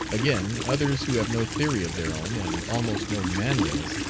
again, others, who have no theory of their own, and almost no manliness,